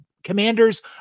commanders